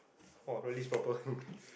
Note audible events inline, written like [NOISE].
!wah! realize purpose [LAUGHS]